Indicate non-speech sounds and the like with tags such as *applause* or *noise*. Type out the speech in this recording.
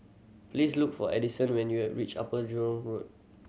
please look for Addisyn when you *hesitation* reach Upper Jurong Road